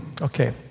okay